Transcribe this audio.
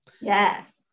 Yes